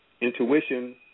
Intuition